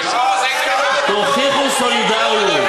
תוכיחו סולידריות.